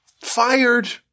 fired